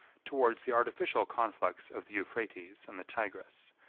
towards the artificial conflux of the euphrates and the tigris,